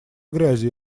грязи